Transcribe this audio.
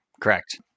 Correct